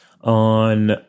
on